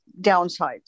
downsides